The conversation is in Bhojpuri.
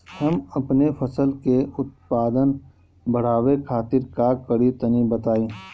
हम अपने फसल के उत्पादन बड़ावे खातिर का करी टनी बताई?